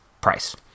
price